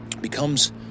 becomes